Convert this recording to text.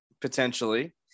potentially